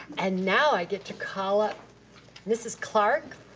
and now i get to call up mrs. clark,